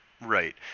Right